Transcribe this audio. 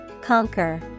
Conquer